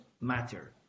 matter